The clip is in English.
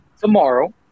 tomorrow